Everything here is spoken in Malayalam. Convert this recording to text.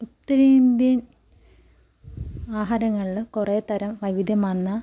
ഉത്തരേന്ത്യൻ ആഹാരങ്ങളിൽ കുറെ തരം വൈവിധ്യമാർന്ന